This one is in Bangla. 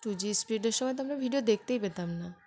টু জি স্পিডের সময় তো আমরা ভিডিও দেখতেই পেতাম না